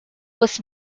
was